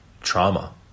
trauma